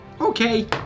Okay